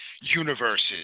universes